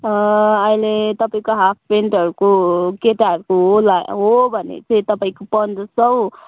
अहिले तपाईँको हाफप्यान्टहरूको केटाहरूको होला हो भने चाहिँ तपाईँको पन्ध्र सौ